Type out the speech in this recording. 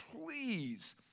Please